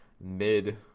mid